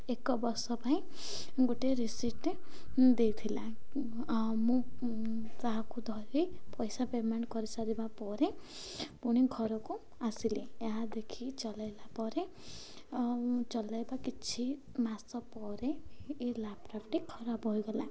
ଏକ ବର୍ଷ ପାଇଁ ଗୋଟେ ରିସିପ୍ଟ ଦେଇଥିଲା ମୁଁ ତାହାକୁ ଧରି ପଇସା ପେମେଣ୍ଟ କରିସାରିବା ପରେ ପୁଣି ଘରକୁ ଆସିଲି ଏହା ଦେଖି ଚଲେଇଲା ପରେ ଚଲେଇବା କିଛି ମାସ ପରେ ଏ ଲ୍ୟାପଟପ୍ଟି ଖରାପ ହୋଇଗଲା